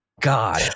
God